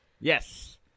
Yes